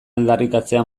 aldarrikatzea